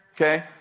okay